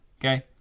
Okay